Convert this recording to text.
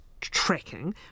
tracking